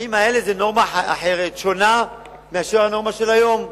האם היתה נורמה אחרת, שונה מהנורמה של היום?